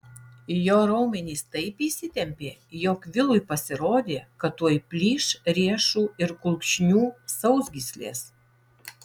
jo raumenys taip įsitempė jog vilui pasirodė kad tuoj plyš riešų ir kulkšnių sausgyslės